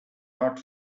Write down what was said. not